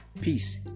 Peace